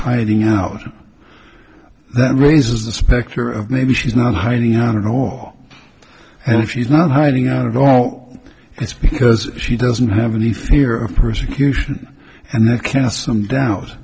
hiding out that raises the specter of maybe she's not hiding out at all and if she's not hiding out at all it's because she doesn't have any fear of persecution and that kind of some do